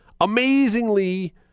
amazingly